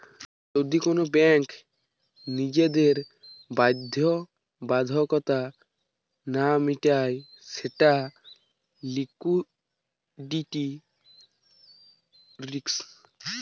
যদি কোন ব্যাঙ্ক নিজের বাধ্যবাধকতা না মিটায় সেটা লিকুইডিটি রিস্ক